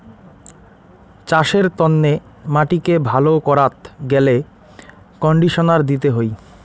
চাসের তন্নে মাটিকে ভালো করাত গ্যালে কন্ডিশনার দিতে হই